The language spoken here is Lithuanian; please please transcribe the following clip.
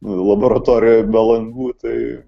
laboratorijoj be langų tai